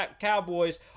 Cowboys